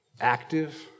active